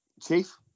Chief